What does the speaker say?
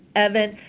evan.